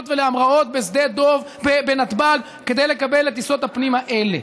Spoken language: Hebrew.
ולהמראות בנתב"ג כדי לקבל את טיסות הפנים האלה.